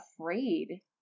afraid